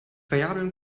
variablen